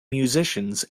musicians